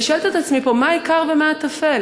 אני שואלת את עצמי פה מה העיקר ומה הטפל.